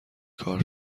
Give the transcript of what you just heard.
کار